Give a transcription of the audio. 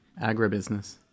agribusiness